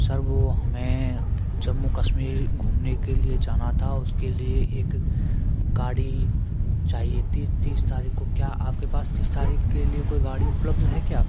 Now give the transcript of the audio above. sir वो हमें जम्मू कश्मीर घुमने के लिए जाना था उसके लिए एक गाड़ी चाहिए थी तीस तारीख को क्या आपके पास तीस तारीख के लिए कोई गाड़ी उपलब्ध हैं क्या